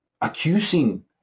accusing